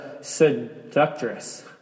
seductress